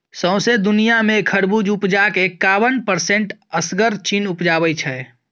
सौंसे दुनियाँ मे खरबुज उपजाक एकाबन परसेंट असगर चीन उपजाबै छै